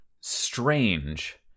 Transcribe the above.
strange